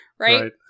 Right